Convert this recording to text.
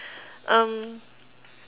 um